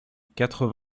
quatre